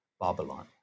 Babylon